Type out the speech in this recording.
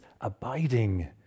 abiding